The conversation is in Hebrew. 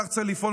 כך צריכים לפעול,